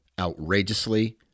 outrageously